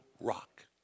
rock